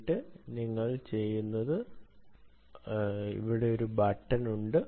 എന്നിട്ട് നിങ്ങൾ ചെയ്യുന്നത് ഇവിടെ ഒരു ബട്ടൺ ഉണ്ട്